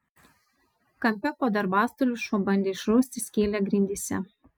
kampe po darbastaliu šuo bandė išrausti skylę grindyse